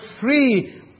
free